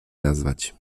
nazwać